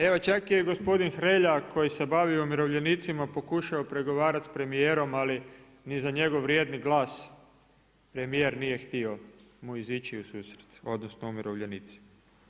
Evo čak je i gospodin Hrelja koji se bavio umirovljenicima pokušao pregovarati sa premijerom, ali ni za njegov vrijedni glas, premijer nije htio mu izići u susret, odnosno umirovljenicima.